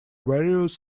various